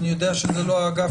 אני יודע שזה לא האגף שלך.